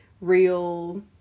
real